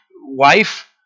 Wife